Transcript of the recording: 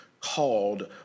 called